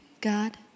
God